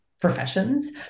professions